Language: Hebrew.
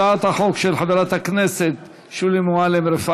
שהוצמדה להצעת החוק של חברת הכנסת שולי מועלם-רפאלי,